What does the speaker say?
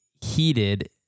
heated